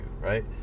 right